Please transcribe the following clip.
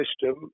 system